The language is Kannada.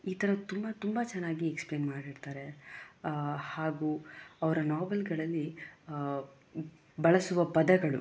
ಈ ಥರ ತುಂಬ ತುಂಬ ಚೆನ್ನಾಗಿ ಎಕ್ಸ್ಪ್ಲೇನ್ ಮಾಡಿರ್ತಾರೆ ಹಾಗೂ ಅವರ ನೋವೆಲ್ಗಳಲ್ಲಿ ಬಳಸುವ ಪದಗಳು